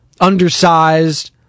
undersized